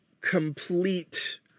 complete